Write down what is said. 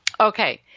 Okay